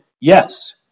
yes